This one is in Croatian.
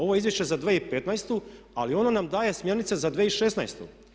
Ovo je izvješće za 2015. ali ono nam daje smjernice za 2016.